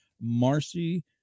Marcy